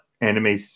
anime